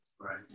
Right